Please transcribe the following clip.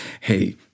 hey